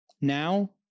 Now